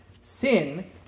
Sin